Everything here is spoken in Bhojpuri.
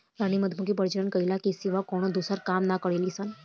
रानी मधुमक्खी प्रजनन कईला के सिवा कवनो दूसर काम ना करेली सन